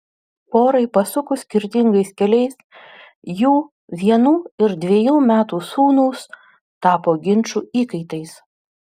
porai pasukus skirtingais keliais jų vienų ir dvejų metų sūnūs tapo ginčų įkaitais